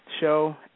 show